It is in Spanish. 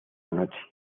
noche